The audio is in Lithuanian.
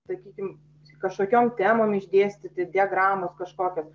sakykim kažkokiom temom išdėstyti diagramas kažkokias